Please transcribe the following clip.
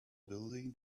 building